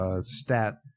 Stat